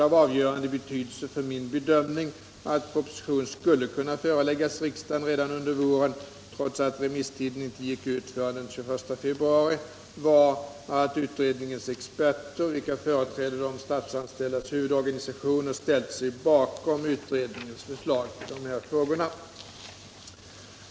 Av avgörande betydelse för min bedömning att proposition skulle kunna föreläggas riksdagen redan under våren — trots att remisstiden inte gick ut förrän den 21 februari — var att utredningens experter, vilka företräder de statsanställdas huvudorganisationer, ställt sig bakom utredningens förslag i dessa frågor.